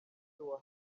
umutwe